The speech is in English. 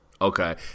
Okay